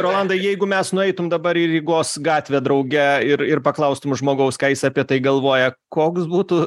rolandai jeigu mes nueitum dabar į rygos gatvę drauge ir ir paklaustum žmogaus ką jis apie tai galvoja koks būtų